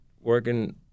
working –